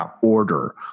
order